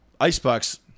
Icebox